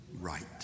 right